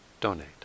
donate